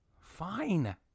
Fine